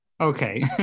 okay